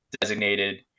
designated